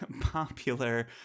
popular